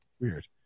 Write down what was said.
Weird